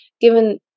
Given